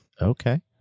Okay